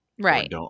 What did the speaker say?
Right